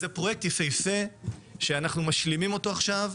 זה פרויקט יפהפה שאנחנו משלימים אותו עכשיו.